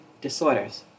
disorders